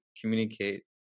communicate